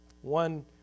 One